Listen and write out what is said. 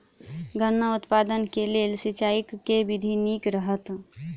गन्ना उत्पादन केँ लेल सिंचाईक केँ विधि नीक रहत?